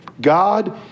God